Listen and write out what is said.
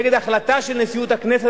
נגד החלטה של נשיאות הכנסת,